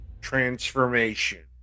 Transformation